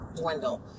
dwindle